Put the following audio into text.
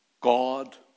God